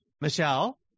Michelle